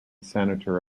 senator